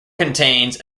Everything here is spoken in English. contains